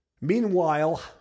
Meanwhile